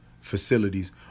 facilities